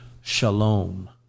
shalom